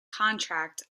contract